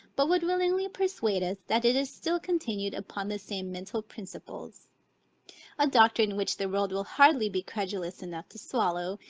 but would willingly persuade us that it is still continued upon the same mental principles a doctrine which the world will hardly be credulous enough to swallow,